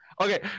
okay